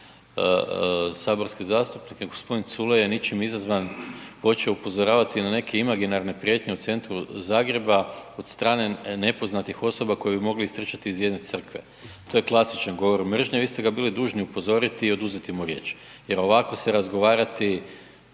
saborske zastupnike. Gospodin Culej je ničim izazvan počeo upozoravati na neke imaginarne prijetnje u centru Zagreba od strane nepoznatih osoba koje bi mogli istrčati iz jedne Crkve, to je klasičan govor mržnje, vi ste ga bili dužni upozoriti i oduzeti mu riječ, jer ovako se razgovarati